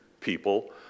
people